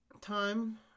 time